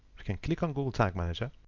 you can click on google tag manager,